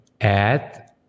add